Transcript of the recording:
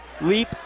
leap